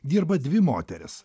dirba dvi moterys